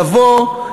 לבוא,